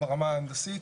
ברמה הנדסית,